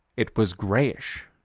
it was grayish.